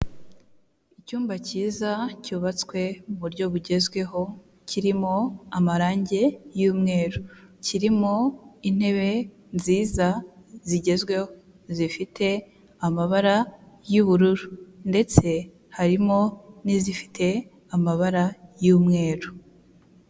Icyumba kiza cyubatswe mu buryo bugezweho kirimo amarange y'umweru kirimo intebe nziza zigezweho, zifite amabara y'ubururu ndetse harimo n'izifite amabara y'umweru.